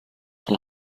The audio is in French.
son